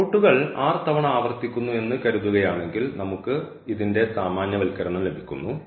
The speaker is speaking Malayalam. റൂട്ടുകൾ തവണ ആവർത്തിക്കുന്നു എന്ന് കരുതുകയാണെങ്കിൽ നമുക്ക് ഇതിന്റെ സാമാന്യവൽക്കരണം ലഭിക്കുന്നു